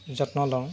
যত্ন লওঁ